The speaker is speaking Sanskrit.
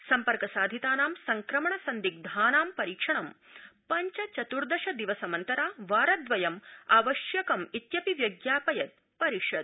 सम्पर्क साधितानां संक्रमण सन्धिग्धानां परीक्षणं पञ्च चतुर्दश दिवसमन्तरा वारद्वयं आवश्यकमित्यपि व्यज्ञापयत् परिषद